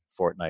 Fortnite